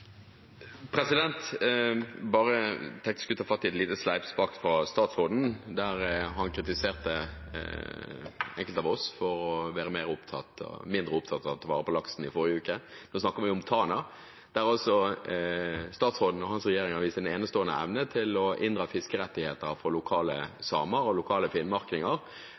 skulle ta fatt i et lite sleivspark fra statsråden, der han kritiserte enkelte av oss for å være mindre opptatt av å ta vare på laksen i forrige uke. Da snakker vi om Tana, der statsråden og hans regjering har vist sin enestående evne til å inndra fiskerettigheter fra lokale samer og lokale finnmarkinger,